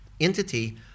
entity